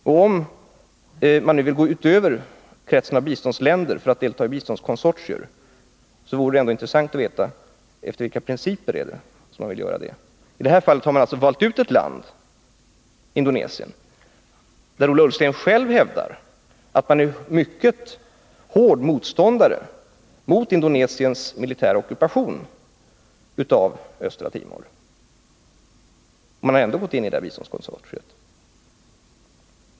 Och om man vill gå utöver kretsen av biståndsländer för att delta i biståndskonsortier vore det ändå intressant att få veta efter vilka principer man gör det. I detta fall har man alltså valt ut ett land, dvs. Indonesien. Och Ola Ullsten hävdar själv att man är mycket hård motståndare mot Indonesiens militära ockupation av Östra Timor, men ändå har man gått in i det här biståndskonsortiet.